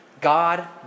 god